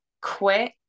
quit